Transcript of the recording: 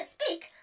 speak